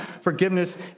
forgiveness